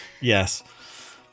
yes